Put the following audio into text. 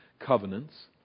covenants